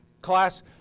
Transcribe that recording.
class